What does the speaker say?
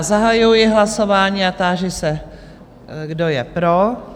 Zahajuji hlasování a táži se, kdo je pro?